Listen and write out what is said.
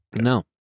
No